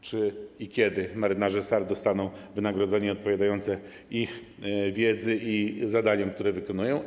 Czy i kiedy marynarze SAR dostaną wynagrodzenie odpowiadające ich wiedzy i zadaniom, które wykonują?